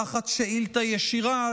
תחת שאילתה ישירה,